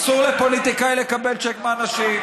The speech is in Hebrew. אסור לפוליטיקאי לקבל צ'ק מאנשים.